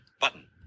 button